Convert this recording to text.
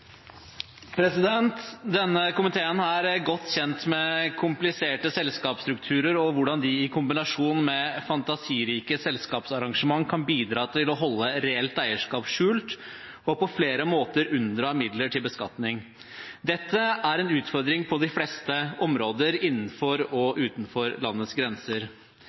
i kombinasjon med fantasirike selskapsarrangementer kan bidra til å holde reelt eierskap skjult og på flere måter unndra midler til beskatning. Dette er en utfordring på de fleste områder innenfor og utenfor landets grenser.